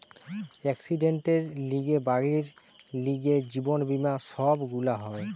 একসিডেন্টের লিগে, বাড়ির লিগে, জীবন বীমা সব গুলা হয়